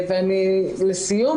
לסיום,